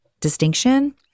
distinction